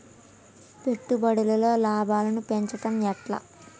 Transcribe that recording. పెట్టుబడులలో లాభాలను పెంచడం ఎట్లా?